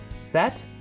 set